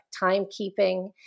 timekeeping